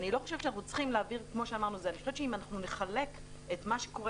אני חושבת שאם אנחנו נחלק את מה שקורה